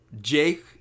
Jake